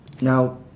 now